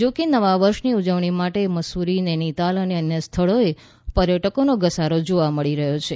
જોકે નવા વર્ષની ઉજવણી માટે મસૂરી નૈનીતાલ અને અન્ય સ્થળોએ પર્યટકોનો ઘસારો જોવા મળી રહ્યો છે